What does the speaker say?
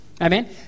amen